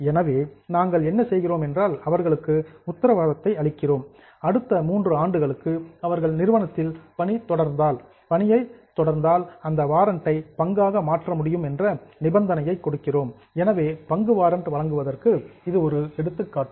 எனவே நாங்கள் என்ன செய்கிறோம் என்றால் அவர்களுக்கு உத்தரவாதத்தை அளிக்கிறோம் அடுத்த மூன்று ஆண்டுகளுக்கு அவர்கள் நிறுவனத்தில் பணியில் தொடர்ந்தால் அந்த வாரன்ட் ஐ பங்காக மாற்ற முடியும் என்ற நிபந்தனையை கொடுக்கிறோம் எனவே பங்கு வாரன்ட் வழங்குவதற்கு இது ஒரு எடுத்துக்காட்டு